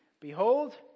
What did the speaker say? Behold